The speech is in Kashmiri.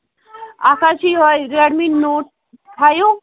اَکھ حظ چھُ یِہَے ریڈ می نوٹ فایو